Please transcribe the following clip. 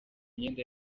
myenda